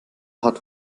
hat